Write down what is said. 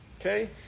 Okay